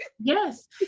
yes